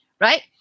right